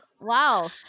wow